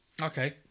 Okay